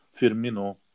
Firmino